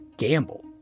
gamble